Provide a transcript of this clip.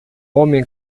homem